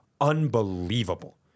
unbelievable